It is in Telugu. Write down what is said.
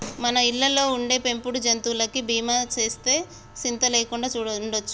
మన ఇళ్ళలో ఉండే పెంపుడు జంతువులకి బీమా సేస్తే సింత లేకుండా ఉండొచ్చు